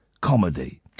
comedy